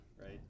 right